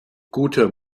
guter